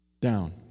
down